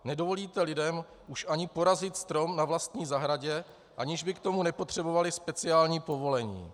Nedovolíte lidem už ani porazit strom na vlastní zahradě, aniž by k tomu nepotřebovali speciální povolení.